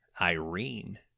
Irene